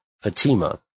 Fatima